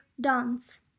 dance